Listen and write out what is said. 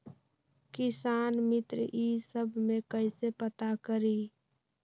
किसान मित्र ई सब मे कईसे पता करी?